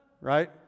Right